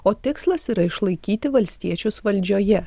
o tikslas yra išlaikyti valstiečius valdžioje